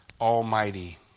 Almighty